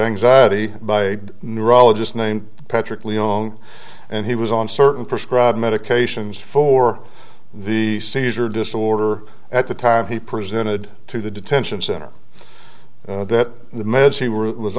anxiety by neurologist named patrick leon and he was on certain prescribed medications for the seizure disorder at the time he presented to the detention center that